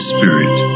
Spirit